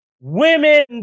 women